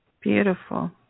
Beautiful